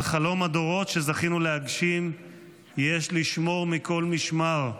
על חלום הדורות שזכינו להגשים יש לשמור מכל משמר.